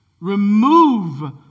Remove